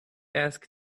ask